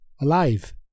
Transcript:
alive